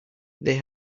they